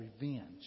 revenge